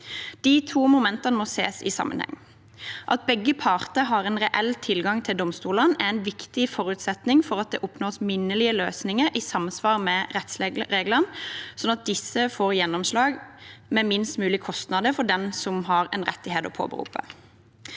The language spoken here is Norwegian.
De to momentene må ses i sammenheng. At begge parter har en reell tilgang til domstolene, er en viktig forutsetning for at det oppnås minnelige løsninger i sam svar med rettsreglene, slik at disse får gjennomslag med minst mulig kostnader for den som har en rettighet å påberope.